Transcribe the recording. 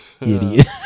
idiot